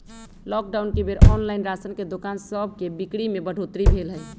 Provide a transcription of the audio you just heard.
lockdown के बेर online ration के दोकान सभके बिक्री में बढ़ोतरी भेल हइ